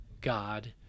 God